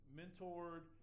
mentored